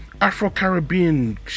Afro-Caribbean